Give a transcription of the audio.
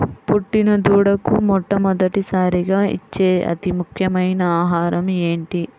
పుట్టిన దూడకు మొట్టమొదటిసారిగా ఇచ్చే అతి ముఖ్యమైన ఆహారము ఏంటి?